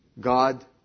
God